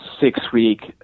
six-week